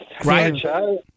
Great